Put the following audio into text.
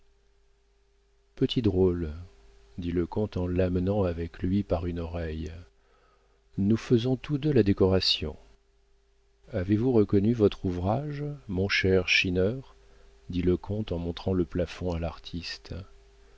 petit drôle dit le comte en l'amenant avec lui par une oreille nous faisons tous deux la décoration avez-vous reconnu votre ouvrage mon cher schinner dit le comte en montrant le plafond à l'artiste